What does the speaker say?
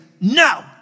no